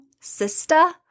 sister